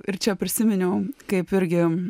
ir čia prisiminiau kaip irgi